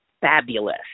fabulous